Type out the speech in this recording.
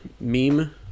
Meme